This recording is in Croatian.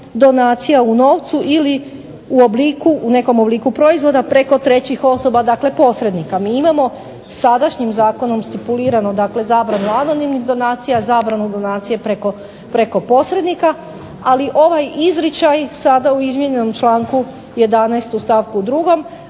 donacija u novcu ili u nekom obliku proizvoda preko trećih osoba dakle posrednika. Mi imamo sadašnjim zakonom stipulirano dakle zabranu anonimnih donacija, zabranu donacija preko posrednika, ali ovaj izričaj sada u izmijenjenom članku 11. u stavku 2. to